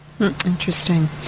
Interesting